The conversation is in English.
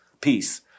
peace